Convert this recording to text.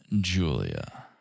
Julia